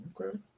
Okay